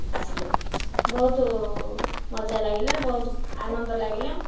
ଆସିଲୁ ବହୁତ ମଜା ଲାଗିଲା ବହୁତ ଆନନ୍ଦ ଲାଗିଲା